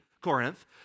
Corinth